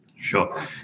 Sure